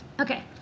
Okay